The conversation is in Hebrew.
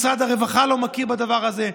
משרד הרווחה לא מכיר בדבר הזה,